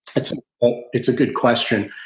it's um it's a good question.